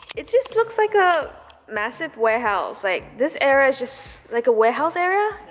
it just looks like a massive warehouse, like this area is just like a warehouse area?